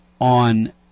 on